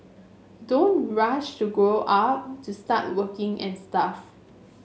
don't rush to grow up to start working and stuff